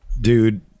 Dude